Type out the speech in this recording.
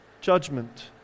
judgment